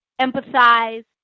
empathize